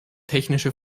technische